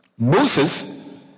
Moses